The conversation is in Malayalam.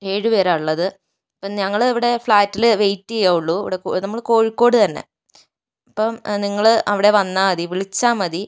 ഏഴുപേരാണ് ഉള്ളത് അപ്പം ഞങ്ങൾ ഇവിടെ ഫ്ലാറ്റിൽ വെയിറ്റ് ചെയ്യുകയേ ഉള്ളൂ ഇവിടെ നമ്മൾ കോഴിക്കോട് തന്നെ അപ്പം നിങ്ങൾ അവിടെ വന്നാൽ മതി വിളിച്ചാൽ മതി